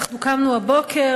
אנחנו קמנו הבוקר,